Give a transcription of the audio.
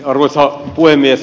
arvoisa puhemies